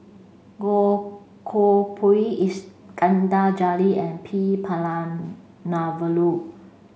Goh Koh Pui Iskandar Jalil and P Palanivelu